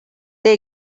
they